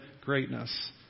greatness